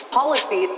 Policy